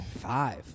Five